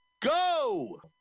go